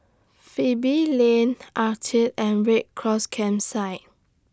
Pebble Lane Altez and Red Cross Campsite